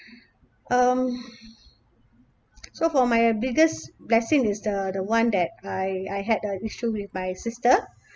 um so for my biggest blessing is the the one I I had an issue with my sister